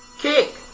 Kick